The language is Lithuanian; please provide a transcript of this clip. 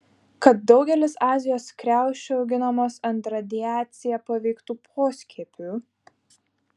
kad daugelis azijos kriaušių auginamos ant radiacija paveiktų poskiepių